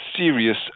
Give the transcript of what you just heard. Serious